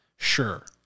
Sure